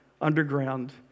underground